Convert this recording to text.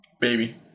baby